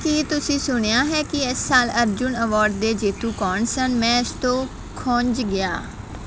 ਕੀ ਤੁਸੀਂ ਸੁਣਿਆ ਹੈ ਕਿ ਇਸ ਸਾਲ ਅਰਜੁਨ ਅਵਾਰਡ ਦੇ ਜੇਤੂ ਕੌਣ ਸਨ ਮੈਂ ਇਸ ਤੋਂ ਖੁੰਝ ਗਿਆ